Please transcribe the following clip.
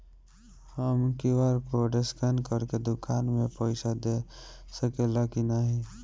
हम QR code scan करके दुकान में पईसा दे सकेला की नाहीं?